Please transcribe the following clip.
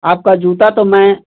आपका जूता तो मैं